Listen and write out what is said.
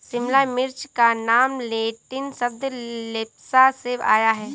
शिमला मिर्च का नाम लैटिन शब्द लेप्सा से आया है